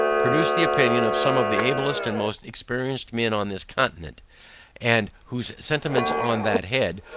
produce the opinion of some of the ablest and most experienced men on this continent and whose sentiments, on that head,